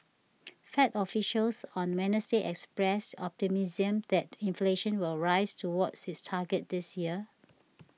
fed officials on Wednesday expressed optimism that inflation will rise toward its target this year